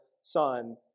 Son